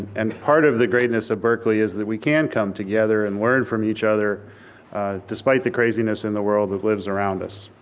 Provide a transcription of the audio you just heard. and part of the greatness of berkeley is that we can come together and learn from each other despite the craziness in the world that lives around us.